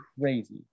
crazy